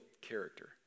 character